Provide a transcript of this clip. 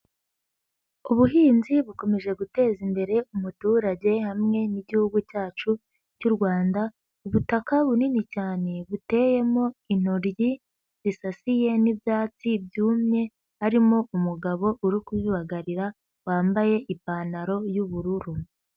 Ubuhinzi bukomeje guteza imbere umuturage hamwe n'Igihugu cyacu cy'u Rwanda, ubutaka bunini cyane buteyemo intoryi zisasiye n'ibyatsi byumye harimo umugabo uri kubibagarira wambaye ipantaro y'ubururu.